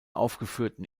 aufgeführten